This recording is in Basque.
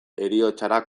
heriotzara